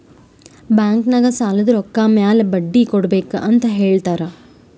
bank ನಾಗ್ ಸಾಲದ್ ರೊಕ್ಕ ಮ್ಯಾಲ ಬಡ್ಡಿ ಕೊಡ್ಬೇಕ್ ಅಂತ್ ಹೇಳ್ತಾರ್